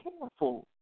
careful